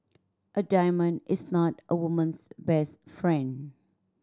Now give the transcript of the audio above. a diamond is not a woman's best friend